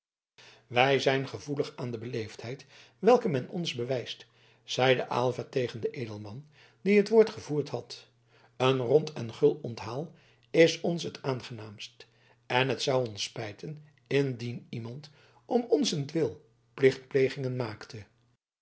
wij zijn gevoelig aan de beleefdheid welke men ons bewijst zeide aylva tegen den edelman die het woord gevoerd had een rond en gul onthaal is ons het aangenaamst en het zou ons spijten indien iemand om onzentwil plichtplegingen maakte